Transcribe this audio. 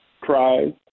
cries